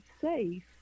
safe